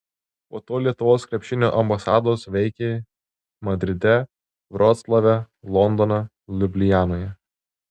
po to lietuvos krepšinio ambasados veikė madride vroclave londone liublianoje